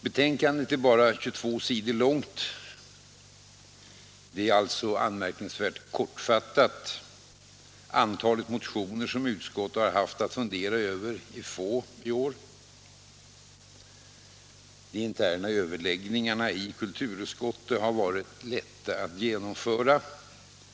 Betänkandet är bara 22 sidor stort och alltså anmärkningsvärt kortfattat. Antalet motioner som utskottet har haft att fundera över är litet i år. De interna överläggningarna i kulturutskottet har varit lätta att genomföra.